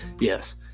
yes